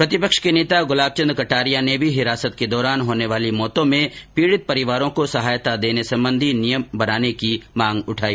प्रतिपक्ष के नेता गुलाब चन्द कटारिया ने भी हिरासत के दौरान होने वाली मौतों में पीड़ित परिवारों को सहायता देने संबंधी नियम बनाने की मांग उठाई